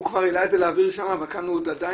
הוא כבר העלה את זה לאוויר שם וכאן הוא עדיין